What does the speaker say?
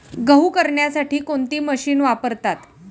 गहू करण्यासाठी कोणती मशीन वापरतात?